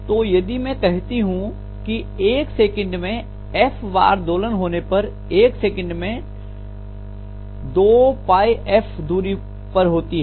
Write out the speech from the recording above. तो यदि में कहती हूं की 1 सेकंड में f बार दोलन होने पर 1 सेकंड में 2f दूरी पर होती है